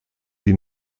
die